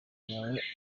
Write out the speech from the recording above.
yawe